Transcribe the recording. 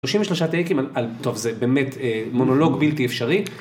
33 טייקים על - טוב, זה באמת מונולוג בלתי אפשרי.